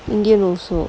indian also